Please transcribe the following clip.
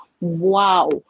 wow